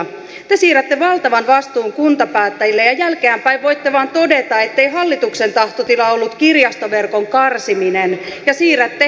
te siirrätte valtavan vastuun kuntapäättäjille ja jälkeenpäin voitte vain todeta ettei hallituksen tahtotila ollut kirjastoverkon karsiminen ja siirrätte syyt sinne kuntapäättäjille